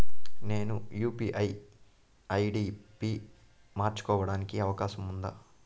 నేను UPI ID పి మార్చుకోవడానికి అవకాశం ఉందా?